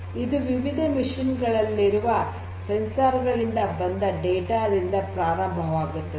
ಇದು ವಿವಿಧ ಯಂತ್ರಗಳಲ್ಲಿರುವ ಸಂವೇದಕಗಳಿಂದ ಬಂದ ಡೇಟಾ ದಿಂದ ಪ್ರಾರಂಭವಾಗುತ್ತದೆ